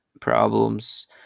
problems